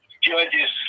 Judges